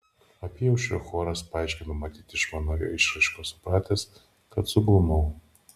apyaušrio choras paaiškino matyt iš mano išraiškos supratęs kad suglumau